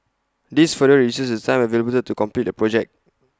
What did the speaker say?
this further reduces the time available to complete A project